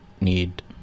need